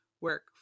work